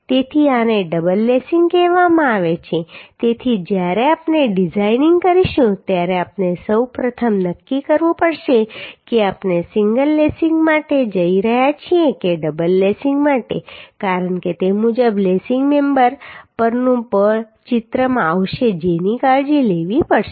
તેથી આને double lacing કહેવામાં આવે છે તેથી જ્યારે આપણે ડિઝાઇનિંગ કરીશું ત્યારે આપણે સૌ પ્રથમ નક્કી કરવું પડશે કે આપણે સિંગલ લેસિંગ માટે જઈ રહ્યા છીએ કે ડબલ લેસિંગ માટે કારણ કે તે મુજબ લેસિંગ મેમ્બર પરનું બળ ચિત્રમાં આવશે જેની કાળજી લેવી પડશે